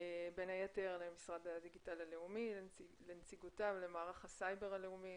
בין היתר למשרד הדיגיטל הלאומי ולנציגותיו ולמערך הסייבר הלאומי.